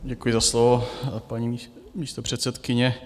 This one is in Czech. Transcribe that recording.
Děkuji za slovo, paní místopředsedkyně.